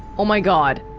oh, my god.